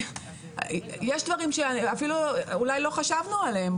יש דברים שאולי אפילו לא חשבנו עליהם,